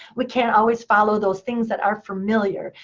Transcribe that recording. we can't always follow those things that are familiar,